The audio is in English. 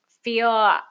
feel